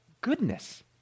goodness